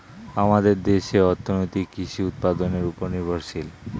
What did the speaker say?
আমাদের দেশের অর্থনীতি কৃষি উৎপাদনের উপর নির্ভরশীল